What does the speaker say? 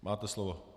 Máte slovo.